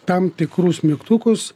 tam tikrus mygtukus